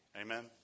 Amen